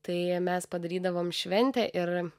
tai mes padarydavom šventę ir